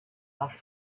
rasch